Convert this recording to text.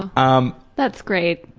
and um that's great.